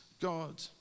God